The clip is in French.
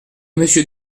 monsieur